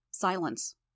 Silence